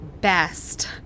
best